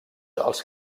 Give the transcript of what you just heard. els